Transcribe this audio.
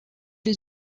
les